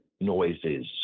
noises